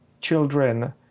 children